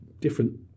different